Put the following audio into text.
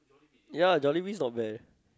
ya Jollibee is not bad eh